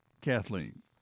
Kathleen